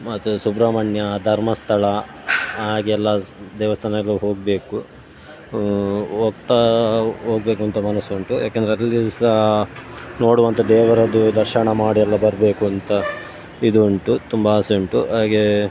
ಮತ್ತು ಸುಬ್ರಹ್ಮಣ್ಯ ಧರ್ಮಸ್ಥಳ ಹಾಗೆಲ್ಲ ಸ್ ದೇವ್ಸ್ಥಾನಗಳು ಹೋಗಬೇಕು ಹೋಗ್ತಾ ಹೋಗ್ಬೇಕು ಅಂತ ಮನಸ್ಸುಂಟು ಏಕೆಂದ್ರೆ ಅಲ್ಲಿ ಸಹ ನೋಡುವಂಥ ದೇವರದ್ದು ದರ್ಶನ ಮಾಡಿ ಎಲ್ಲ ಬರಬೇಕು ಅಂತ ಇದು ಉಂಟು ತುಂಬ ಆಸೆ ಉಂಟು ಹಾಗೇ